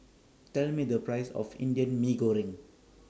Tell Me The Price of Indian Mee Goreng